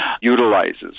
utilizes